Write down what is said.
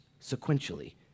sequentially